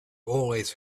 always